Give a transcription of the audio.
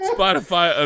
Spotify